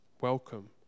welcome